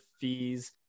fees